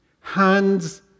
hands